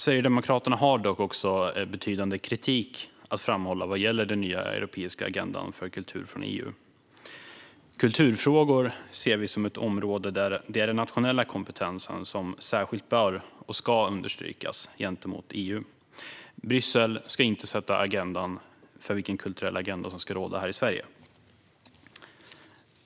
Sverigedemokraterna har dock också betydande kritik att framhålla vad gäller den nya europeiska agendan för kultur från EU. Kulturfrågor ser vi som ett område där det är den nationella kompetensen som särskilt bör och ska understrykas gentemot EU. Bryssel ska inte sätta agendan för vilken kulturell agenda som ska råda här i Sverige.